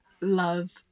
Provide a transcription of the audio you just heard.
love